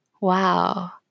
wow